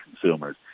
consumers